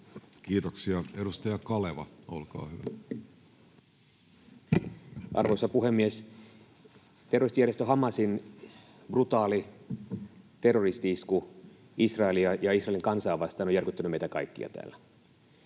Time: 10:33 Content: Arvoisa puhemies! Terroristijärjestö Hamasin brutaali terroristi-isku Israelia ja Israelin kansaa vastaan on järkyttänyt meitä kaikkia täällä.